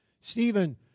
Stephen